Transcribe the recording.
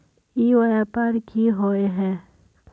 ई व्यापार की होय है?